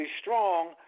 strong